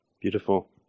Beautiful